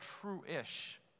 true-ish